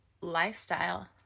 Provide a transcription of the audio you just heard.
lifestyle